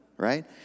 right